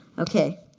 ok.